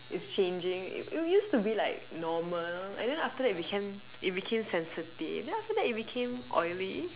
it's changing it used to be like normal and then after it became that it became sensitive then after that it became oily